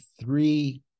three